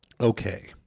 Okay